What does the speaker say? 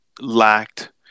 lacked